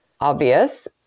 obvious